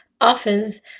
offers